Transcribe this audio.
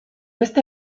beste